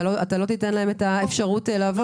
אתה לא תיתן להם את האפשרות לעבוד?